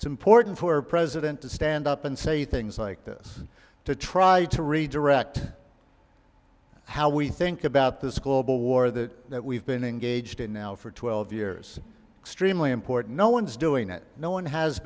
it's important for our president to stand up and say things like this to try to redirect how we think about this global war that we've been engaged in now for twelve years extremely important no one's doing it no one has